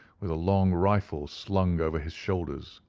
with a long rifle slung over his shoulders.